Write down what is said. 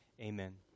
Amen